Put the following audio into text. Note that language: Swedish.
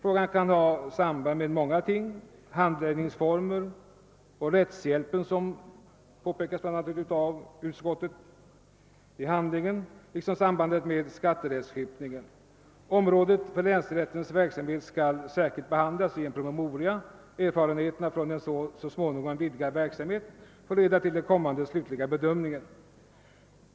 Frågan kan ha samband med många ting: med handläggningsformer och rättshjälp, liksom också med skatterättsskipningen. Området för länsrättens verksamhet skall särskilt behandlas i en promemoria. Erfarenheterna från en så småningom vidgad verksamhet får ligga till grund för den kommande slutliga bedömningen.